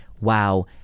wow